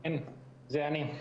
זה רק עניין